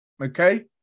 Okay